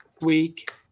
week